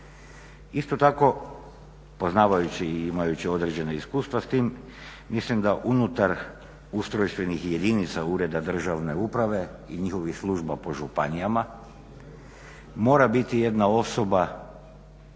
Isto tako, poznavajući i imajući određena iskustva s time mislim da unutar ustrojstvenih jedinica ureda državne uprave i njihovih služba po županijama mora biti jedna osoba